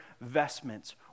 vestments